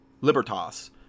libertas